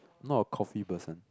not a coffee person